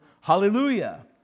hallelujah